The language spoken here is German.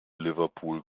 liverpool